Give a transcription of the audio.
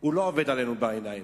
לא עובד עלינו בעיניים,